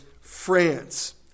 France